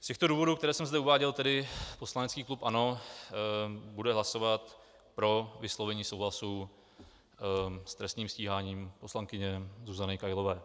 Z důvodů, které jsem zde uváděl, tedy poslanecký klub ANO bude hlasovat pro vyslovení souhlasu s trestním stíháním poslankyně Zuzany Kailové.